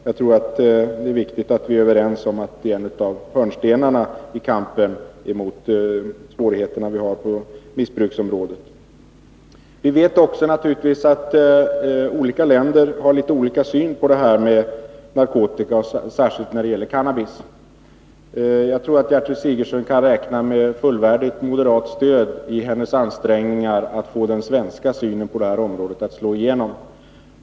Jag tror att det är viktigt att vi är överens om att detta är en av hörnstenarna i kampen mot de svårigheter som vi har på missbruksområdet. Vi vet naturligtvis också att olika länder har olika syn på narkotika, särskilt när det gäller cannabis. Jag tror att Gertrud Sigurdsen kan räkna med ett fullvärdigt moderat stöd i sina ansträngningar att få den svenska synen på det här området att slå igenom.